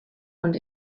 und